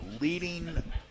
leading